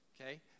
Okay